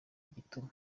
igituma